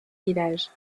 village